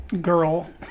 girl